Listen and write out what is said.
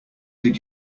did